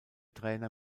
trainer